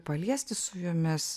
paliesti su jumis